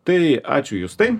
tai ačiū justai